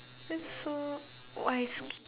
that's so